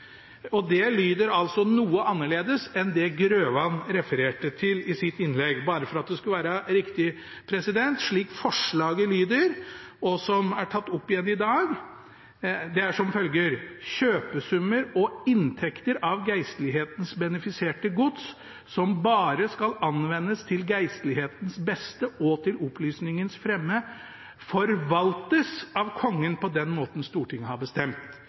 Det lyder altså noe annerledes enn det som Grøvan refererte i sitt innlegg. Bare for at forslaget skal bli riktig – det som er tatt opp igjen i dag, lyder som følger: «Kjøpesummer og inntekter av geistlighetens benefiserte gods, som bare skal anvendes til geistlighetens beste og til opplysningens fremme, forvaltes av kongen på den måten Stortinget har bestemt.»